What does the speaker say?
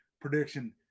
prediction